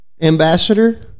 ambassador